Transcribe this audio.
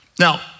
Now